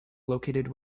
located